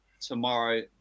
tomorrow